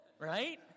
right